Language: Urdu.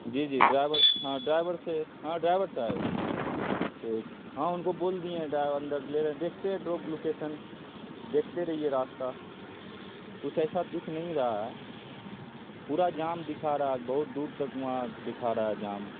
جی جی ڈرائیورس ہاں ڈرائیور سے ہاں ڈرائیو صاحب ٹھیک ہاں ان کو بول دیے ہیں ڈرائیور اندر لے رہے ہیں دیکھتے ہیں ڈروپ لوکیسن دیکھتے رہیے راستہ کچھ ایسا دکھ نہیں رہا ہے پورا جام دکھا رہا ہے بہت دور تک وہاں دکھا رہا ہے جام